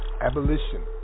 Abolition